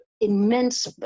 immense